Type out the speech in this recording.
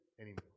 anymore